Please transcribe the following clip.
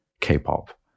K-pop